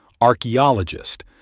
archaeologist